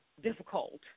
difficult